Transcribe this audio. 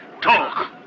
Talk